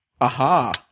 Aha